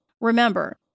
Remember